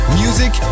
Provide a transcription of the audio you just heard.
music